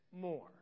more